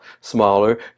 smaller